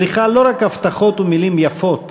צריכה לא רק הבטחות ומילים יפות